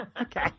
Okay